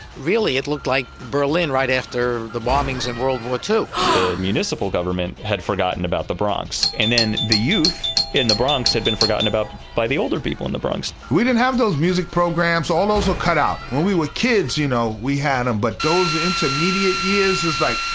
really it looked like berlin right after the bombings in world war ii the municipal government had forgotten about the bronx and then the youth in the bronx had been forgotten about by the older people in the bronx we didn't have those music programs, so all those were cut out. when we were kids, you know we had them. but those intermediate years, it's like,